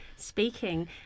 speaking